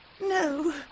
No